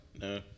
No